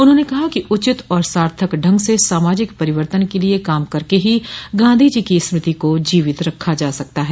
उन्होंने कहा कि उचित और सार्थक ढंग से सामाजिक परिवर्तन के लिए काम करके ही गांधी जी की स्मृति को जीवित रखा जा सकता है